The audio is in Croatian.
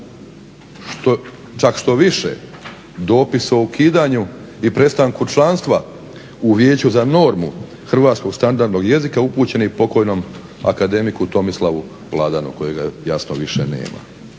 Čak štoviše dopis o ukidanju i prestanku članstva u Vijeću za normu hrvatskog standardnog jezika upućen je i pokojnom akademiku Tomislavu Ladanu, kojega jasno više nema.